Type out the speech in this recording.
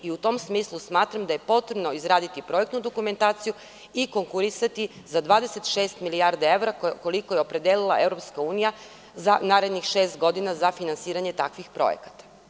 U tom smislu smatram da je potrebno izraditi projektnu dokumentaciju i konkurisati za 26 milijardi evra, koliko je opredelila EU za narednih šest godina za finansiranje takvih projekata.